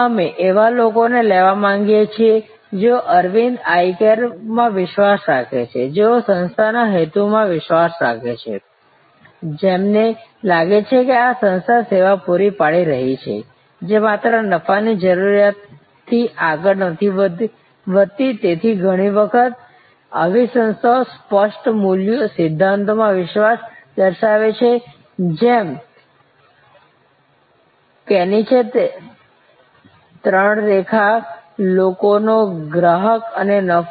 અમે એવા લોકોને લેવા માંગીએ છીએ જેઓ અરવિંદ આઈ કેરમાં વિશ્વાસ રાખે છે જેઓ સંસ્થાના હેતુ માં વિશ્વાસ રાખે છે જેમને લાગે છે કે આ સંસ્થા સેવા પૂરી પાડી રહી છે જે માત્ર નફાની જરૂરિયાતથી આગળ નથી વધતી તેથી ઘણી વખત આવી સંસ્થાઓ સ્પષ્ટ મૂલ્યો સિદ્ધાંતોમાં વિશ્વાસ દર્શાવે છે જેમ કેનીચે ની ત્રણ રેખા લોકોનો ગ્રહ અને નફો